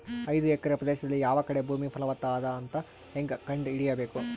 ಐದು ಎಕರೆ ಪ್ರದೇಶದಲ್ಲಿ ಯಾವ ಕಡೆ ಭೂಮಿ ಫಲವತ ಅದ ಅಂತ ಹೇಂಗ ಕಂಡ ಹಿಡಿಯಬೇಕು?